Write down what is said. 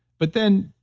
but then,